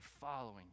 following